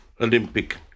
Olympic